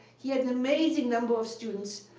he had an amazing number of students.